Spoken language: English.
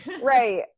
right